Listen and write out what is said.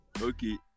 Okay